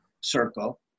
circle